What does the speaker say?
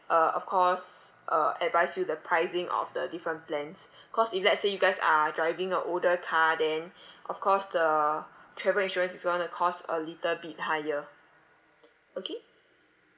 uh of course uh advise you the pricing of the different plans cause if let's say you guys are driving a older car then of course the travel insurance is going to cost a little bit higher okay